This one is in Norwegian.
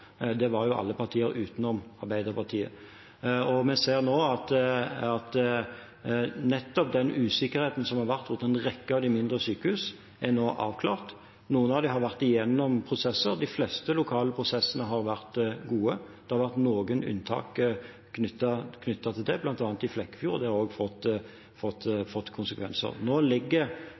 Det var alle partier utenom Arbeiderpartiet. Vi ser at nettopp den usikkerheten som har vært rundt en rekke av de mindre sykehusene, nå er avklart. Noen av dem har vært igjennom prosesser. De fleste lokale prosessene har vært gode. Det har vært noen unntak knyttet til det, bl.a. i Flekkefjord, og det har også fått konsekvenser. Nå ligger